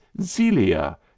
zelia